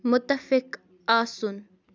مُتفِق آسُن